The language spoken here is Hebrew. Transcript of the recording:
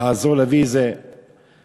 אעזור להביא איזה אדם,